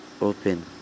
open